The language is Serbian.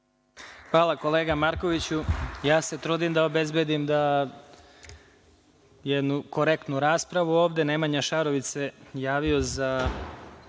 Hvala, kolega Markoviću. Ja se trudim da obezbedim jednu korektnu raspravu. Nemanja Šarović se javio za